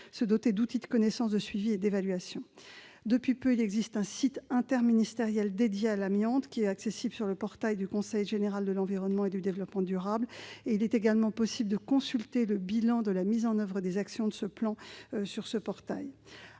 se doter d'outils de connaissance, de suivi et d'évaluation. Depuis peu, un site interministériel dédié à l'amiante est accessible sur le portail du Conseil général de l'environnement et du développement durable. Il est également possible de consulter le bilan de la mise en oeuvre des actions de ce plan interministériel